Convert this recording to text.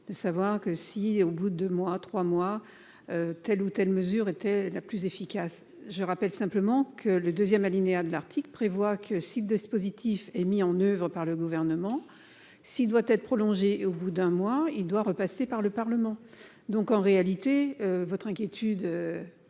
de savoir que si au bout de deux mois trois mois telle ou telle mesure était la plus efficace, je rappelle simplement que le 2ème alinéa de l'article prévoit que si de ce positif et mis en oeuvre par le gouvernement, s'il doit être prolongé au bout d'un mois, il doit repasser par le Parlement, donc en réalité votre inquiétude